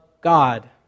God